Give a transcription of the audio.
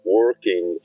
working